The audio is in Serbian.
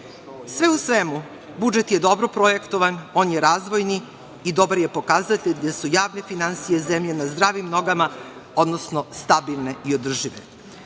u svemu, budžet je dobro projektovan, on je razvojni i dobar je pokazatelj da su javne finansije zemlje na zdravim nogama, odnosno stabilne i održive.